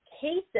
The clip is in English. cases